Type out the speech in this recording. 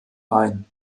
ein